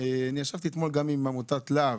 ישבתי אתמול עם עמותת "להב"